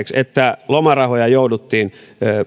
että lomarahoja jouduttiin